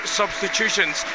substitutions